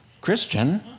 Christian